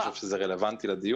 אני לא חושב שזה רלוונטי לדיון.